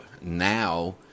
now